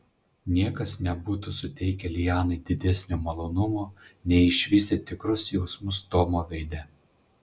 niekas nebūtų suteikę lianai didesnio malonumo nei išvysti tikrus jausmus tomo veide